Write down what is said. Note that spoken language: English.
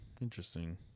interesting